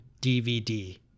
DVD